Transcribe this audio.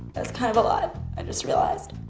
that's kind of a lot i just realized.